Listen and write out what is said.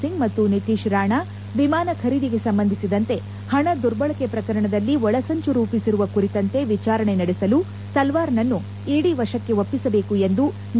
ಸಿಂಗ್ ಮತ್ತು ನಿತೀಶ್ ರಾಣಾ ವಿಮಾನ ಖರೀದಿಗೆ ಸಂಬಂಧಿಸಿದಂತೆ ಹಣ ದುರ್ಬಳಕೆ ಪ್ರಕರಣದಲ್ಲಿ ಒಳಸಂಚು ರೂಪಿಸಿರುವ ಕುರಿತಂತೆ ವಿಚಾರಣೆ ನಡೆಸಲು ತಲ್ವಾರ್ನನ್ನು ಇಡಿ ವಶಕ್ಕೆ ಒಪ್ಪಿಸಬೇಕು ಎಂದು ನ್ಯಾಯಪೀಠವನ್ನು ಕೋರಿದರು